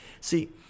see